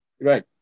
Right